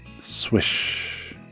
Swish